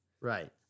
right